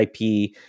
IP